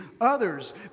others